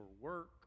work